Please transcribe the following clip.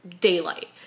daylight